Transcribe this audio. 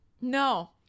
No